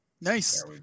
Nice